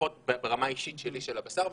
לפחות ברמה האישית שלי של הבשר.